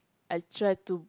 I try to